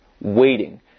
waiting